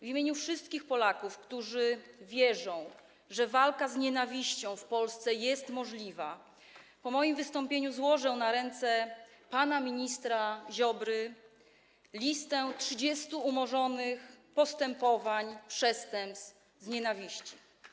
W imieniu wszystkich Polaków, którzy wierzą, że walka z nienawiścią w Polsce jest możliwa, po moim wystąpieniu złożę na ręce pana ministra Ziobry listę 30 umorzonych postępowań dotyczących przestępstw z nienawiści.